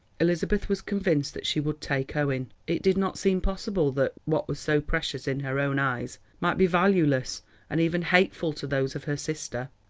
elizabeth was convinced that she would take owen. it did not seem possible that what was so precious in her own eyes might be valueless and even hateful to those of her sister.